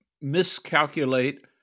miscalculate